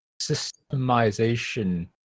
systemization